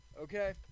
okay